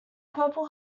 purple